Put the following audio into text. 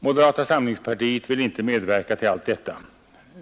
Moderata samlingspartiet vill inte medverka till allt detta.